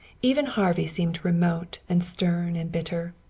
even harvey seemed remote and stern and bitter.